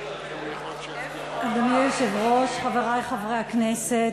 אדוני היושב-ראש, חברי חברי הכנסת,